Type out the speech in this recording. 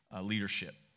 leadership